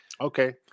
Okay